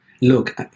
look